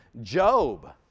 Job